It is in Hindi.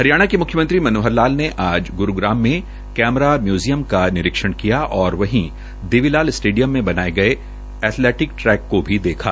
हरियाणा के मुख्यमंत्री मनोहर लाल ने आज ग्रूग्राम में कैमरा म्यूजियम का निरीक्षण किया और वही देवी लाल स्टेडियम में बनाए गए एथलेटिक ट्रैक को देखा